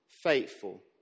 faithful